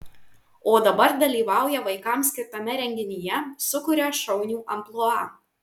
o dabar dalyvauja vaikams skirtame renginyje sukuria šaunių amplua